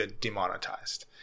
demonetized